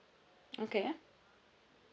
okay